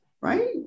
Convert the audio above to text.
right